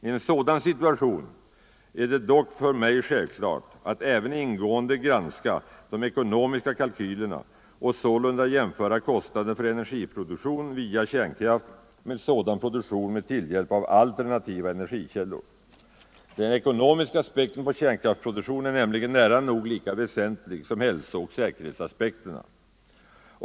I en sådan situation är det dock för mig självklart att även ingående granska de ekonomiska kalkylerna och sålunda jämföra kostnaden för energiproduktion via kärnkraft med sådan produktion med tillhjälp av alternativa energikällor. Den ekonomiska aspekten på kärnkraftsproduktion är nämligen nära nog lika väsentlig som hälsooch säkerhetsaspekterna.